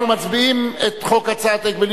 אנחנו מצביעים את הצעת חוק ההגבלים